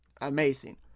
amazing